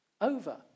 over